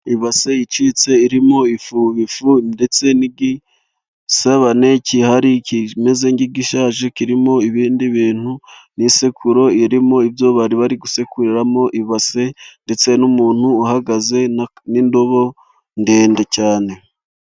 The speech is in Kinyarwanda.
Ibase icitse irimo ifu ifu ndetse n'igisobane kihari kimeze nk'igishaje kirimo ibindi bintu, n'isekuru irimo ibyo bari bari gusekurimo, ibase ndetse n'umuntu uhagaze, n'indobo ndende cyane.